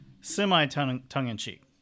semi-tongue-in-cheek